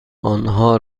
آنها